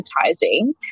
advertising